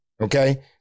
Okay